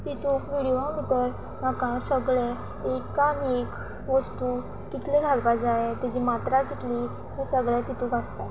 तितूक video भितर म्हाका सगळे एकान एक सगळें वस्तू कितले घालपा जाय तेजी मात्रा कितली सगळें तितूक आसता